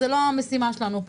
זה לא המשימה שלנו.